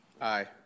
Aye